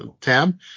tab